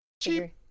cheap